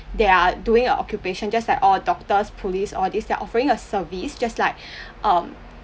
they are doing a occupation just like all doctors police all these they're offering a service just like um